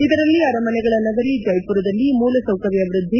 ಇದರಲ್ಲಿ ಅರಮನೆಗಳ ನಗರಿ ಜೈಸುರದಲ್ಲಿ ಮೂಲಸೌಕರ್ಯ ವೃದ್ದಿ